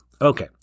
Okay